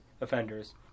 Offenders